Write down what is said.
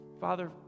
Father